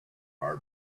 our